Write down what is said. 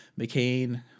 McCain